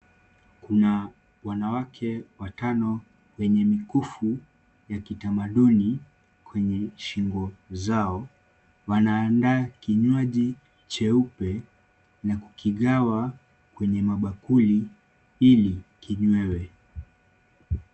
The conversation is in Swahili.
Kuna wanawake watano wenye mikufu ya kitamaduni kwenye shingo zao. Wanaanda kinywaji cheupe na kukigawa kwenye mabakuli ili kinywewe.